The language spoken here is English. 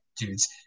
dudes